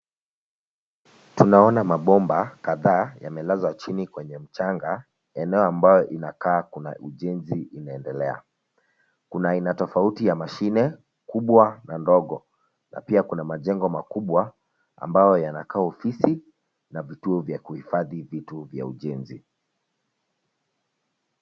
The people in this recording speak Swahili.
Tunaona mabomba kadhaa yamelazwa chini kwenye mchanga eneo ambayo inakaa kuna ujenzi inaendelea. Kuna aina tofauti ya mashine kubwa na ndogo na pia kuna majengo makubwa ambayo yanakaa ofisi na vituo vya kuhifadhi vitu vya ujenzi.